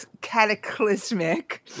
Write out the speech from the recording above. cataclysmic